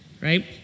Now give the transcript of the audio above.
right